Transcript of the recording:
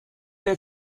der